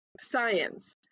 science